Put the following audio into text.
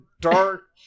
Dark